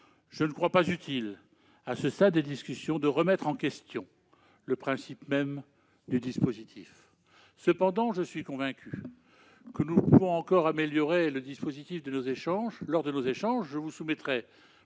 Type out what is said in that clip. je ne crois pas utile, à ce stade des discussions, de remettre en question le principe même du dispositif. Cependant, je suis convaincu que nous pouvons encore l'améliorer lors de nos échanges. Je vous soumettrai